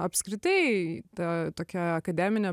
apskritai ta tokia akademinė